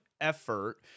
effort